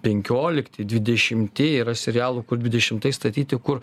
penkiolikti dvidešimti yra serialų kur dvidešimtais statyti kur